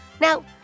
Now